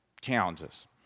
challenges